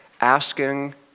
asking